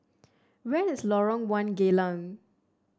where is Lorong One Geylang